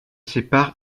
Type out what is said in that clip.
sépare